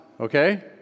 okay